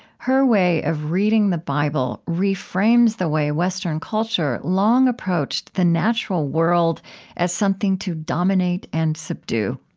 her way of reading the bible reframes the way western culture long approached the natural world as something to dominate and subdue.